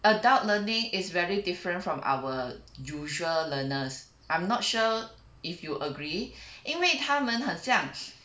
adult learning is very different from our usual learners I'm not sure if you agree 因为他们很像